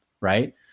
Right